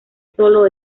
solo